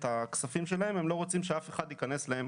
הכספים שלהם הם לא רוצים שאף אחד ייכנס להם